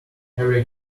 every